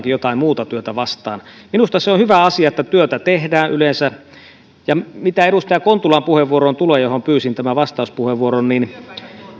jotain muuta työtä vastaan minusta se on hyvä asia että työtä tehdään yleensä ja mitä edustaja kontulan puheenvuoroon tulee johon pyysin tämän vastauspuheenvuoron niin